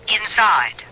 inside